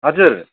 हजुर